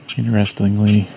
Interestingly